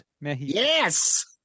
Yes